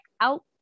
out